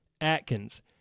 Atkins